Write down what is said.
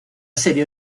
serie